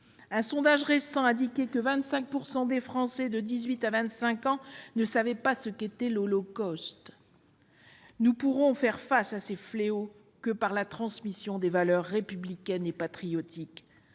Un sondage récent indiquait que 25 % des Français de 18 à 25 ans ne savaient pas ce qu'était l'Holocauste ! Nous ne pourrons faire face à de tels fléaux que par la transmission des valeurs républicaines et patriotiques.